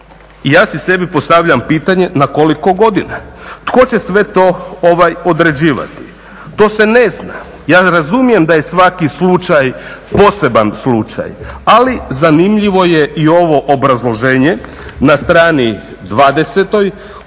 i ja sebi postavljam pitanje na koliko godina? Tko će sve to određivati? To se ne zna. Ja razumijem da je svaki slučaj poseban slučaj, ali zanimljivo je i ovo obrazloženje na strani 20. koji